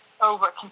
over